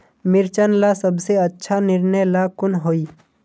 मिर्चन ला सबसे अच्छा निर्णय ला कुन होई?